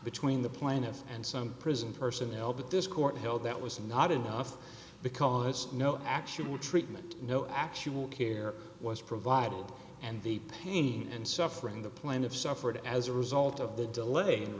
between the plaintiff and some prison personnel but this court held that was not enough because no actual treatment no actual care was provided and the pain and suffering the plaintiff suffered as a result of the delay